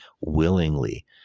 willingly